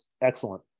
Excellent